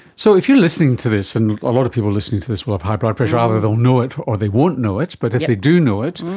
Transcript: so if you're listening to this, and a lot of people listening to this will have high blood pressure, either they'll know it or they won't know it, but if they do know it,